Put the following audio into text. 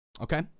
okay